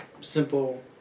simple